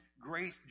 great